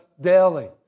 daily